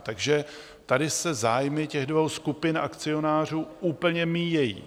Takže tady se zájmy těch dvou skupin akcionářů úplně míjejí.